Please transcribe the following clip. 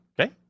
Okay